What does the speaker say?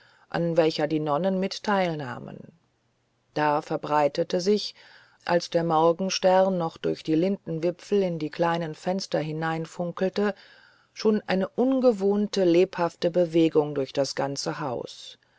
an welcher die nonnen mit teilnahmen da verbreitete sich als der morgenstern noch durch die lindenwipfel in die kleinen fenster hineinfunkelte schon eine ungewohnte lebhafte bewegung durch das ganze haus